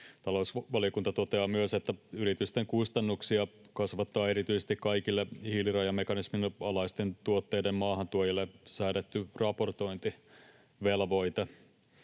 Talousvaliokunta toteaa myös, että yritysten kustannuksia kasvattaa erityisesti kaikille hiilirajamekanismin alaisten tuotteiden maahantuojille säädetty raportointivelvoite.